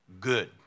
Good